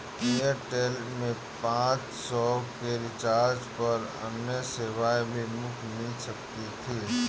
Airtel में पाँच सौ के रिचार्ज पर अन्य सेवाएं भी मुफ़्त मिला करती थी